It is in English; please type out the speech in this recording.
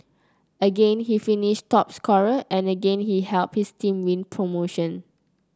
again he finished top scorer and again he helped his team win promotion